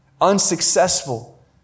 unsuccessful